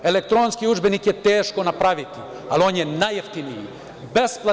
Elektronski udžbenik je teško napraviti, ali on je najjeftiniji.